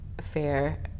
fair